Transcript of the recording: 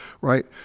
right